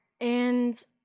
And-